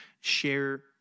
share